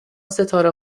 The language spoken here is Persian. ستاره